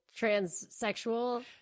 transsexual